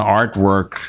artwork